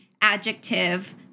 adjective